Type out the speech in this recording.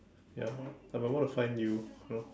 ya I will want to find you know